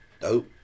dope